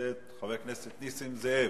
הכנסת נסים זאב.